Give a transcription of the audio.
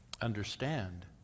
understand